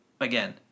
again